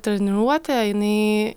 treniruotė jinai